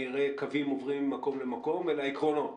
אראה קווים עוברים ממקום למקום אלא עקרונות.